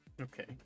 Okay